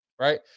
Right